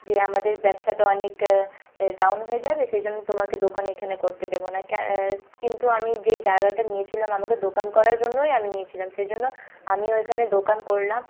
যে আমাদের ব্যবসাটা অনেক ডাউন হয়ে যাবে সেই জন্য তোমাকে দোকান এখানে করতে দেবো না ক্যা কিন্তু আমি যে জায়গাটা নিয়েছিলাম আমাকে দোকান করার জন্যই আমি নিয়েছিলাম সেই জন্য আমি ওখানে দোকান করলাম